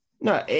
no